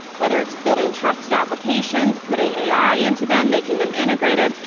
whether it's building trusted applications, putting a i into them, making them integrated,